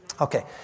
Okay